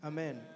Amen